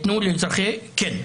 כן.